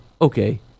okay